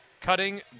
Cutting